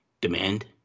demand